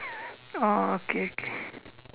oh okay okay